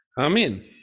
Amen